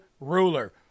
ruler